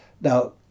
Now